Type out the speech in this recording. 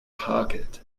pocket